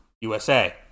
USA